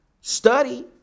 study